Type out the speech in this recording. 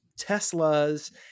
Teslas